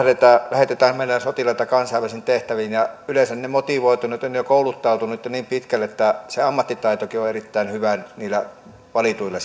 lähetetään meidän sotilaita kansainvälisiin tehtäviin yleensä he ovat motivoituneet ja kouluttautuneet jo niin pitkälle että se ammattitaitokin on erittäin hyvä niillä valituilla